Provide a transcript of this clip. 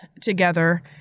together